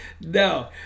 No